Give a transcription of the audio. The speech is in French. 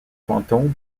fantômes